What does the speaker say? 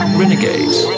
renegades